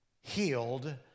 healed